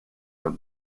her